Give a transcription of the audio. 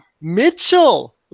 Mitchell